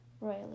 royally